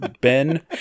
ben